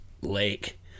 lake